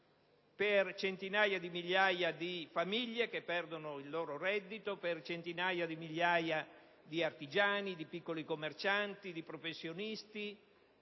per centinaia di migliaia di famiglie che perdono il loro reddito, per centinaia di migliaia di artigiani, di piccoli commercianti, di professionisti,